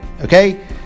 okay